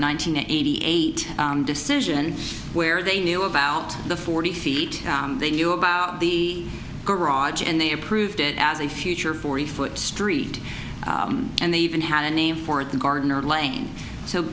hundred eighty eight decision where they knew about the forty feet they knew about the garage and they approved it as a future forty foot street and they even had a name for it the gardener lane so